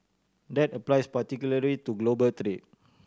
that applies particularly to global trade